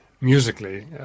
musically